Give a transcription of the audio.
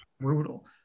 brutal